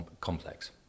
complex